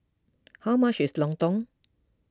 how much is Lontong